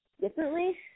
differently